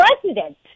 president